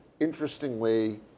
interestingly